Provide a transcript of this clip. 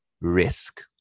Risk